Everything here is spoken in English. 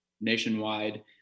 nationwide